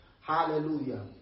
Hallelujah